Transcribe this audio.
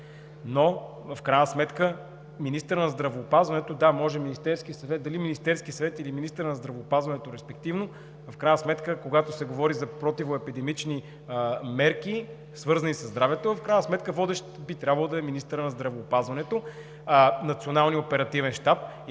Но в крайна сметка министърът на здравеопазването, да, може Министерският съвет, дали Министерският съвет или министърът на здравеопазването, респективно, в крайна сметка, когато се говори за противоепидемични мерки, свързани със здравето, водещ би трябвало да е министърът на здравеопазването, а не Националният оперативен щаб.